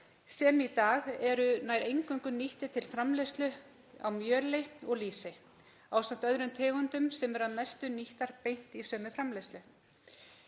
sem í dag eru nær eingöngu nýttir til framleiðslu á mjöli og lýsi, ásamt öðrum tegundum sem eru að mestu nýttar beint í sömu framleiðslu.